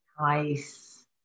Nice